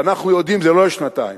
אנחנו יודעים, זה לא לשנתיים.